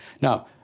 Now